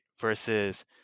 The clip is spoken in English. versus